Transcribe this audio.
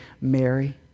Mary